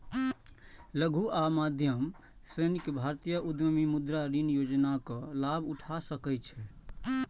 लघु आ मध्यम श्रेणीक भारतीय उद्यमी मुद्रा ऋण योजनाक लाभ उठा सकै छै